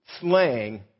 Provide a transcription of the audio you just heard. slang